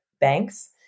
banks